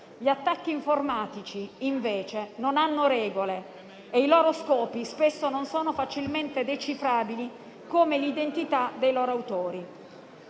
gli attacchi informatici, invece, non hanno regole e i loro scopi spesso non sono facilmente decifrabili, come l'identità dei loro autori.